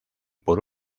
por